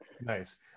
Nice